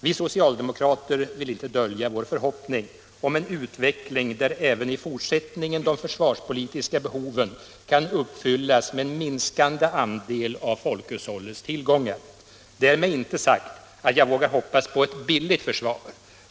Vi socialdemokrater vill inte dölja vår förhoppning om en utveckling, där även i fortsättningen de försvarspolitiska behoven kan uppfyllas med en minskad andel av folkhushållets tillgångar. Därmed är inte sagt att jag vågar hoppas på ett billigt försvar.